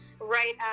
right